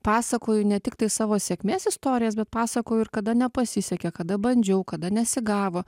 pasakoju ne tiktai savo sėkmės istorijas bet pasakoju ir kada nepasisekė kada bandžiau kada nesigavo